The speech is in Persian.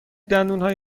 دندانهای